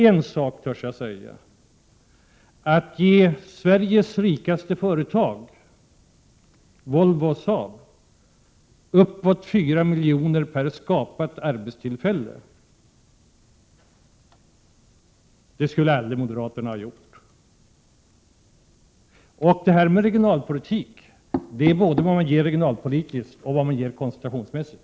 En sak törs jag säga: Att ge Sveriges rikaste företag — Volvo och Saab — bortåt 4 milj.kr. per skapat arbetstillfälle, det skulle aldrig moderaterna ha gjort. Och det här med regionalpolitik är både vad man ger regionalpolitiskt och vad man ger koncentrationsmässigt.